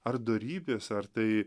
ar dorybės ar tai